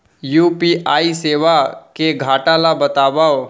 UPI सेवा के घाटा ल बतावव?